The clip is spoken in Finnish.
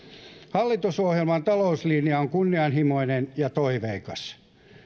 hallitusohjelman talouslinja on kunnianhimoinen ja toiveikas